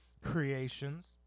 creations